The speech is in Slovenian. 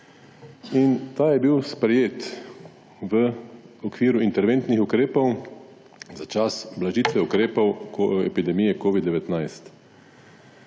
Ta je bil sprejet v okviru interventnih ukrepov za čas blažitve ukrepov epidemije Covid-19.